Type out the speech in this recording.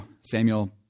Samuel